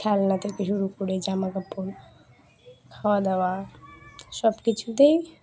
খেলনা থেকে শুরু করে জামা কাপড় খাওয়া দাওয়া সব কিছুতেই